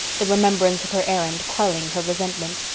the remembrance of her errand quelling her resentment.